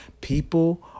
people